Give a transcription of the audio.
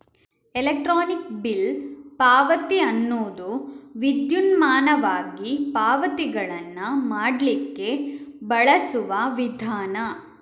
electronic bill ಪಾವತಿ ಅನ್ನುದು ವಿದ್ಯುನ್ಮಾನವಾಗಿ ಪಾವತಿಗಳನ್ನ ಮಾಡ್ಲಿಕ್ಕೆ ಬಳಸುವ ವಿಧಾನ